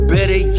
Better